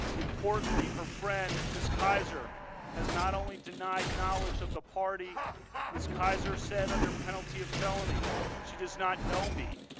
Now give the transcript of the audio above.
importantly, her friend miss kaiser has not only denied knowledge of the party miss kaiser said under penalty of felony she does not know me.